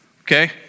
Okay